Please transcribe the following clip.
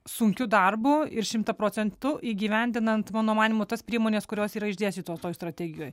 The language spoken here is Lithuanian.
sunkiu darbu ir šimtą procentų įgyvendinant mano manymu tas priemones kurios yra išdėstytos toj strategijoj